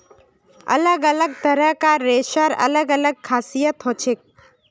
अलग अलग तरह कार रेशार अलग अलग खासियत हछेक